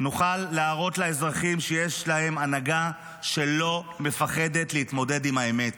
נוכל להראות לאזרחים שיש להם הנהגה שלא מפחדת להתמודד עם האמת.